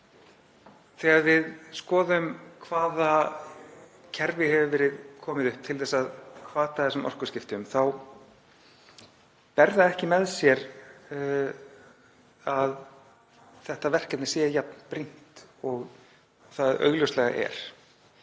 Þegar við skoðum hvaða kerfi hefur verið komið upp til að hvata þessum orkuskiptum þá ber það ekki með sér að verkefnið sé jafnbrýnt og það augljóslega er.